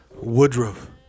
Woodruff